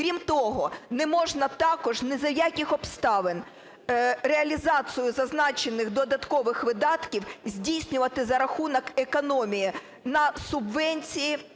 Крім того, не можна також ні за яких обставин реалізацію зазначених додаткових видатків здійснювати за рахунок економії на субвенції,